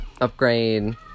Upgrade